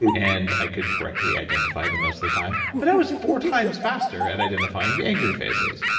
and i could correctly identify them most of the time but i was four times faster at identifying the angry faces.